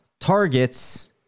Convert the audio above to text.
targets